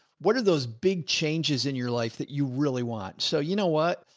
what are those big changes in your life that you really want? so, you know what?